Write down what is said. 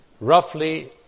roughly